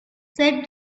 said